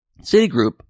Citigroup